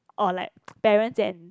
or like parents and